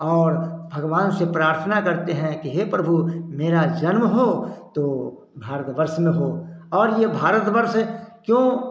और भगवान से प्रार्थना करते हैं कि हे प्रभु मेरा जन्म हो तो भारतवर्ष में हो और ये भारतवर्ष क्यों